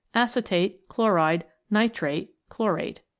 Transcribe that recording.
acetate, chloride, nitrate, chlorate.